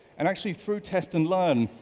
and actually through test and learn,